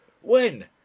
When